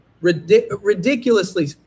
ridiculously